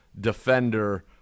defender